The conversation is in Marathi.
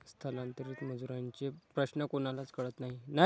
स्थलांतरित मजुरांचे प्रश्न कोणालाच कळत नाही